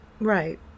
Right